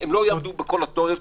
הם לא יעמדו בזה.